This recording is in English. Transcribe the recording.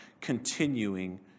continuing